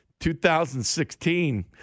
2016